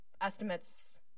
estimates